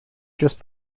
just